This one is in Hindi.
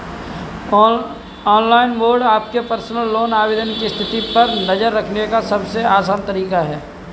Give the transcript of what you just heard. ऑनलाइन मोड आपके पर्सनल लोन आवेदन की स्थिति पर नज़र रखने का सबसे आसान तरीका है